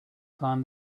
find